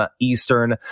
Eastern